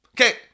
Okay